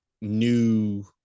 new